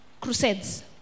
crusades